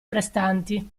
prestanti